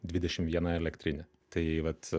dvidešim viena elektrinė tai vat